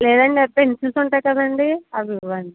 లేదంటే పెన్సిల్స్ ఉంటాయి కదండీ అవి ఇవ్వండి